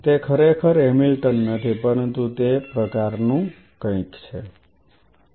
તે ખરેખર હેમિલ્ટન નથી પરંતુ તે પ્રકારનું કંઈક છે